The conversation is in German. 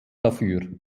dafür